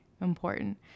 important